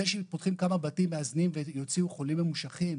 שפותחים כמה בתים מאזנים ויוציאו חולים ממושכים?